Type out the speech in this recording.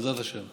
בעזרת השם.